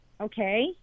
okay